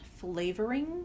flavoring